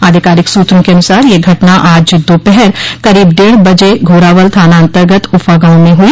आधिकारिक सूत्रों के अनुसार यह घटना आज दोपहर करीब डेढ़ बजे घोरावल थानान्तर्गत उफ़ा गांव में हुई